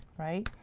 right?